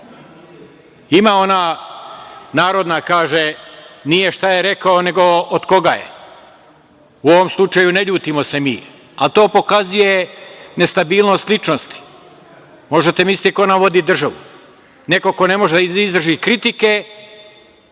oca. Ima ona narodna, kaže – nije šta je rekao, nego od koga je. U ovom slučaju, ne ljutimo se mi, ali to pokazuje nestabilnost ličnosti. Možete misliti ko nam vodi državu? Neko ko ne može da izdrži kritike,